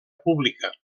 pública